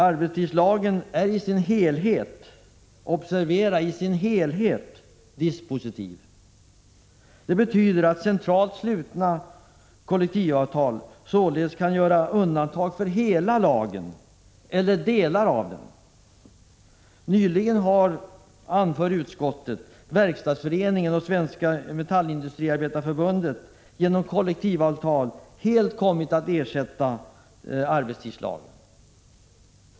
Arbetstidslagen är i sin helhet dispositiv. Det betyder att man i centralt slutna kollektivavtal kan göra undantag för hela lagen eller för delar av den. Nyligen har, anför utskottet, ett kollektivavtal mellan Verkstadsföreningen och Svenska metallindustriarbetareförbundet helt kommit att ersätta arbetstidslagen.